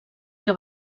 que